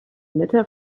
letter